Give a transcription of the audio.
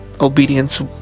obedience